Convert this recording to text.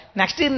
next